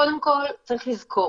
קודם כל, צריך לזכור